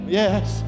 yes